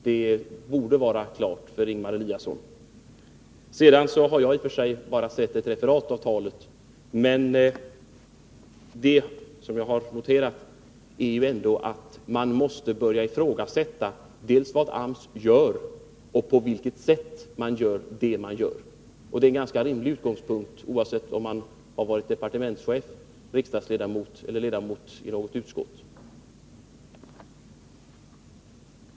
Det borde vara klart för Ingemar Eliasson. I och för sig har jag bara sett ett referat av talet, men det som jag har noterat är att vi måste börja ifrågasätta vad AMS gör och på vilket sätt man gör det man gör. Det är en ganska rimlig utgångspunkt oavsett om man är departementschef eller riksdagsledmot och ledamot i något utskott.